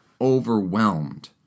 overwhelmed